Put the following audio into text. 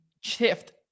shift